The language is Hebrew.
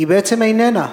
היא בעצם איננה.